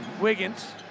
Wiggins